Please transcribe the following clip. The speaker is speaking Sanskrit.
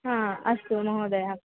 हा अस्तु महोदय